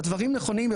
הדברים נכונים,